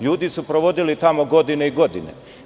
Ljudi su provodili tamo godine i godine.